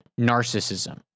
narcissism